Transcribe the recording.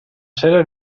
seria